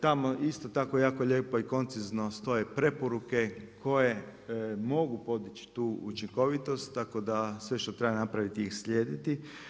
Tamo isto tako jako lijepo i koncizno stoje preporuke koje mogu podići tu učinkovitost tako da sve što treba napraviti ih slijediti.